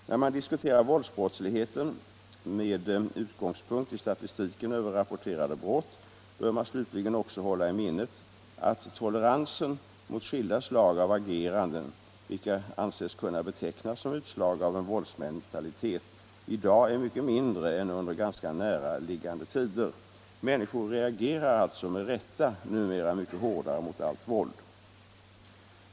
När man diskuterar våldsbrottsligheten med utgångspunkt i statistiken över rapporterade brott bör man slutligen också hålla i minnet att toleransen mot skilda slag av ageranden, vilka anses kunna betecknas som utslag av en våldsmentalitet, i dag är mycket mindre än under ganska näraliggande tider. Människor reagerar alltså med rätta numera mycket hårdare mot allt våld.